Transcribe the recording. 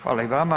Hvala i vama.